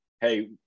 hey